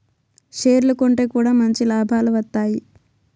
షేర్లు కొంటె కూడా మంచి లాభాలు వత్తాయి